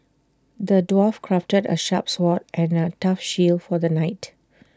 the dwarf crafted A sharp sword and A tough shield for the knight